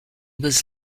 was